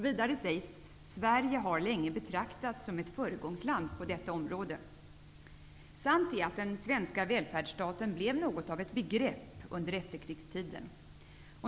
Vidare sägs: ''Sverige har länge betraktats som ett föregångsland på detta område --.'' Sant är att ''den svenska välfärdsstaten'' blev något av ett begrepp under efterkrigstiden.